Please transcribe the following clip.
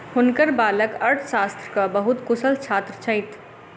हुनकर बालक अर्थशास्त्रक बहुत कुशल छात्र छथि